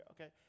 Okay